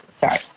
Sorry